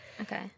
Okay